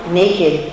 naked